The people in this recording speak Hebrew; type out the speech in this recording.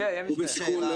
הוא בסיכון,